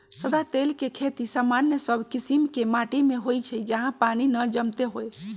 सदा तेल के खेती सामान्य सब कीशिम के माटि में होइ छइ जहा पानी न जमैत होय